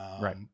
Right